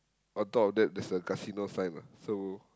on top of that there's a casino sign lah so